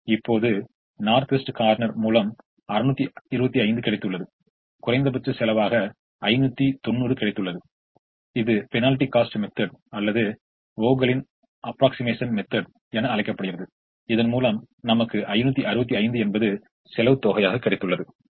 இப்போது north west corner மூலம் 625 ஐக் கிடைத்துள்ளது குறைந்தபட்ச செலவாக 590 ஐக் கிடைத்துள்ளது இது பெனால்டி காஸ்ட் மெத்தெட் அல்லது வோகலின் approximation method Vogel's approximation method என அழைக்கப்படுகிறது இதன்முலம் நமக்கு 565 என்பது செலவு தொகையாக கிடைத்துள்ளது